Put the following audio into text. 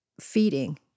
feeding